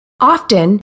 Often